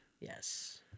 Yes